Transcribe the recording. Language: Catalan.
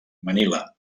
manila